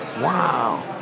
wow